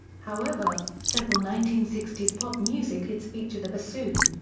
however, several nineteen sixty s pop music hits feature the bassoon,